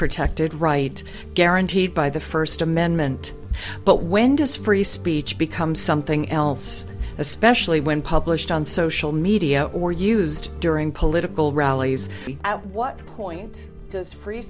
protected right guaranteed by the first amendment but when does free speech become something else especially when published on social media or used during political rallies and at what point does free